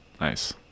nice